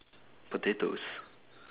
potatoes